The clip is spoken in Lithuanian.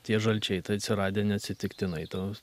tie žalčiai atsiradę neatsitiktinai tos